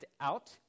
out